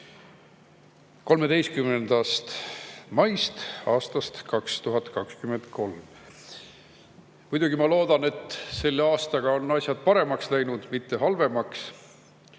13. maist aastast 2023. Muidugi ma loodan, et selle aastaga on asjad paremaks läinud, mitte halvemaks.